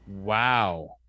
Wow